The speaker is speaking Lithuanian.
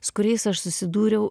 su kuriais aš susidūriau